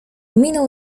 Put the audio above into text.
minął